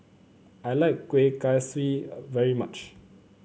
I like Kueh Kaswi very much